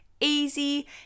easy